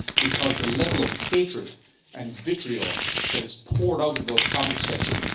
because the level of hatred and vitriol that is poured out in those comments sections,